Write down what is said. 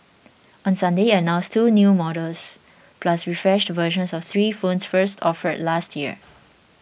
on Sunday it announced two new models plus refreshed versions of three phones first offered last year